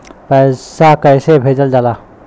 पैसा कैसे भेजल जाला?